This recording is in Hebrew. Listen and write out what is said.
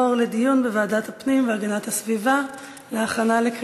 לוועדת הפנים והגנת הסביבה נתקבלה.